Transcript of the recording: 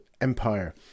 Empire